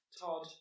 Todd